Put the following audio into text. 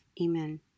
Amen